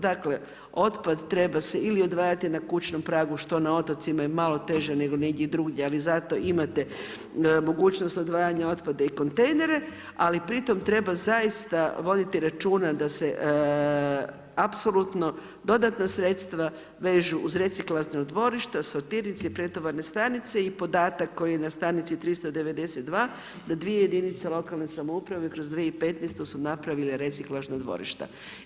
Dakle otpad treba se ili odvajati na kućnom pragu što na otocima je malo teže nego negdje drugdje, ali zato imate mogućnost odvajanja otpada i kontejnere ali pri tome treba zaista voditi računa da se apsolutno dodatna sredstva vežu uz reciklažna dvorišta sortirnice i pretovarne stanice i podatak koji je na stranici 392 da dvije jedinice lokalne samouprave kroz 2015. su napravile reciklažna dvorišta.